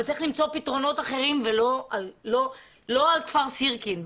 אבל צריך למצוא פתרונות אחרים ולא על כפר סירקין.